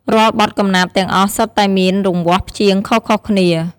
រាល់បទកំណាព្យទាំងអស់សុទ្ធតែមានរង្វាស់ព្យាង្គខុសៗគ្នា។